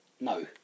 No